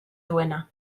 duena